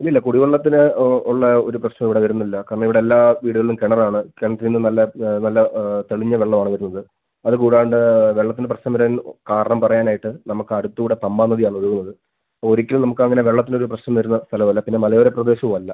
ഇല്ലില്ല കുടിവെള്ളത്തിന് ഉള്ള ഒരു പ്രശ്നം ഇവിടെ വരുന്നില്ല കാരണം ഇവിടെ എല്ലാ വീടുകളിലും കിണറാണ് കിണറ്റിൽ നിന്ന് നല്ല നല്ല തെളിഞ്ഞ വെള്ളമാണ് വരുന്നത് അത് കൂടാണ്ട് വെള്ളത്തിന് പ്രശ്നം വരാൻ കാരണം പറയാനായിട്ട് നമുക്ക് അടുത്തുകൂടെ പമ്പാ നദിയാണൊഴുകുന്നത് ഒരിക്കലും നമുക്ക് അങ്ങനെ വെള്ളത്തിനൊര് പ്രശ്നം വരുന്ന സ്ഥലമല്ല പിന്നെ മലയോര പ്രദേശവും അല്ല